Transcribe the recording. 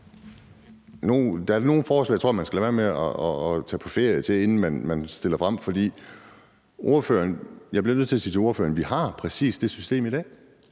Der er nogle forslag, jeg tror man skal lade være med fremsætte, før man tager på ferie. Jeg bliver nødt til at sige til ordføreren, at vi har præcis det system i dag,